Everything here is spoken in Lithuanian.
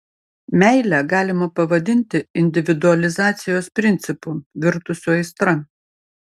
meilę galima pavadinti individualizacijos principu virtusiu aistra